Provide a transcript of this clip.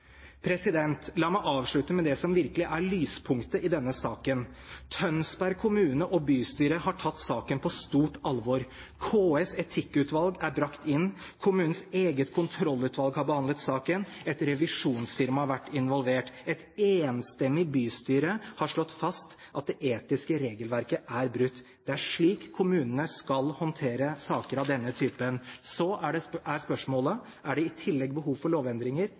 La meg avslutte med det som virkelig er lyspunktet i denne saken. Tønsberg kommune og bystyret har tatt saken på stort alvor. KS’ etikkutvalg er brakt inn. Kommunens eget kontrollutvalg har behandlet saken, et revisjonsfirma har vært involvert, og et enstemmig bystyre har slått fast at det etiske regelverket er brutt. Det er slik kommunene skal håndtere saker av denne typen. Så er spørsmålet: Er det i tillegg behov for lovendringer?